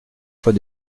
fois